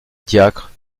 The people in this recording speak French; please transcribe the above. diacre